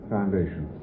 Foundation